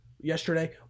yesterday